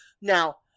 Now